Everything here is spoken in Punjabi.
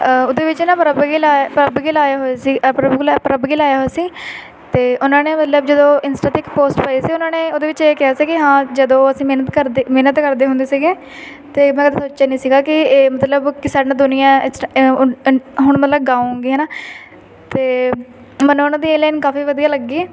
ਉਹਦੇ ਵਿੱਚ ਨਾ ਪ੍ਰਭ ਗਿੱਲ ਆ ਪ੍ਰਭ ਗਿੱਲ ਆਏ ਹੋਏ ਸੀ ਪ੍ਰਭੂ ਲੈ ਪ੍ਰਭ ਗਿੱਲ ਆਏ ਹੋਏ ਸੀ ਅਤੇ ਉਹਨਾਂ ਨੇ ਮਤਲਬ ਜਦੋਂ ਇੰਸਟਾ 'ਤੇ ਇੱਕ ਪੋਸਟ ਪਾਈ ਸੀ ਉਹਨਾਂ ਨੇ ਉਹਦੇ ਵਿੱਚ ਇਹ ਕਿਹਾ ਸੀ ਕਿ ਹਾਂ ਜਦੋਂ ਅਸੀਂ ਮਿਹਨਤ ਕਰਦੇ ਮਿਹਨਤ ਕਰਦੇ ਹੁੰਦੇ ਸੀਗੇ ਤਾਂ ਮਤਲਬ ਸੋਚਿਆ ਨਹੀਂ ਸੀਗਾ ਕਿ ਇਹ ਮਤਲਬ ਕਿ ਸਾਡੇ ਨਾਲ ਦੁਨੀਆਂ ਹੁਣ ਮਤਲਬ ਗਾਉਂਗੇ ਹੈ ਨਾ ਤਾਂ ਮੈਂ ਉਹਨਾਂ ਦੀ ਇਹ ਲੈਨ ਕਾਫੀ ਵਧੀਆ ਲੱਗੀ